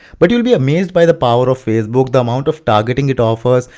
but you will be amazed by the power of facebook, the amount of targeting it offers,